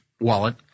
wallet